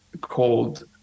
called